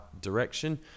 direction